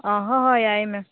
ꯑꯥ ꯍꯣꯏ ꯍꯣꯏ ꯌꯥꯏꯌꯦ ꯃꯦꯝ